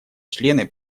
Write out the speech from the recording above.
члены